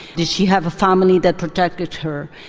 did she have a family that protected her?